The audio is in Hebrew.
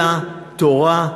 אלא תורה,